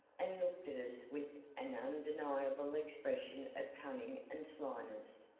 and looked at us with an undeniable expression of cunning and slyness.